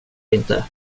inte